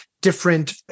different